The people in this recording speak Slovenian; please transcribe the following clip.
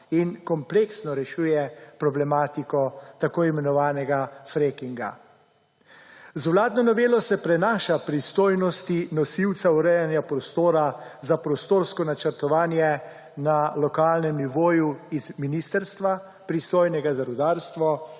in kompleksno rešuje problematiko tako imenovanega frackinga. Z vladno novelo se prenaša pristojnosti nosilcev urejanja prostora za prostorsko načrtovanje na lokalnem nivoju z ministrstva, pristojnega za rudarstvo,